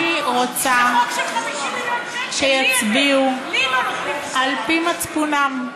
אני רוצה שיצביעו על-פי מצפונם.